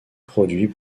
produit